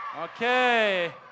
Okay